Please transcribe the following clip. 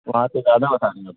تو وہاں سے زیادہ بتا رہے ہو